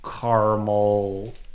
caramel